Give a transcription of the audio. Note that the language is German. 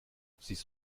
siehst